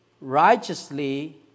righteously